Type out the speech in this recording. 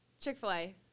Chick-fil-A